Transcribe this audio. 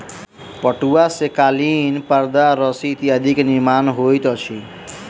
पटुआ सॅ कालीन परदा रस्सी इत्यादि के निर्माण होइत अछि